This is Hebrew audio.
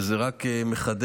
וזה רק מחדד,